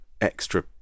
extra